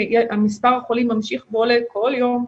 כי מספר החולים ממשיך ועולה כל יום,